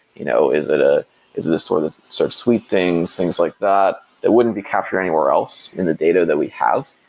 you know is it ah is it store sort of sweet things, things like that, that wouldn't be captured anywhere else in the data that we have?